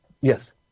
Yes